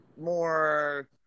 more